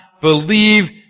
believe